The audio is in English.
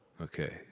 Okay